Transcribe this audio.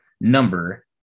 number